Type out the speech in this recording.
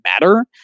matter